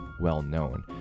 well-known